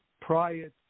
prior